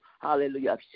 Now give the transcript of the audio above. hallelujah